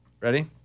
Ready